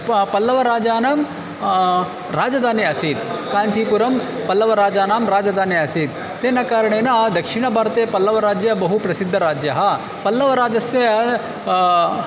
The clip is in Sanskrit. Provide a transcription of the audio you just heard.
प पल्लवराजानां राजधानी आसीत् काञ्चीपुरं पल्लवराजानां राजधानी आसीत् तेन कारणेन दक्षिणभारते पल्लवराज्यं बहु प्रसिद्धराज्यः पल्लवराजस्य